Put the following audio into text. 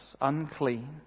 unclean